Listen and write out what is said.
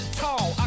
tall